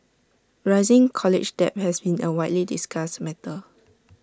rising college debt has been A widely discussed matter